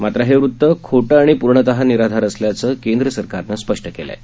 मात्र हे वृतः खोटं आणि पूर्णतः निराधार असल्याचं केंद्र सरकारनं स्पष्ट केलं आहे